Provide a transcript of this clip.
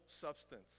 substance